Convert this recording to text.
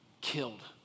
killed